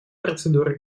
процедуры